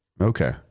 Okay